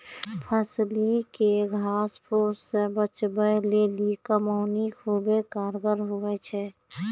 फसिल के घास फुस से बचबै लेली कमौनी खुबै कारगर हुवै छै